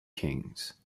kings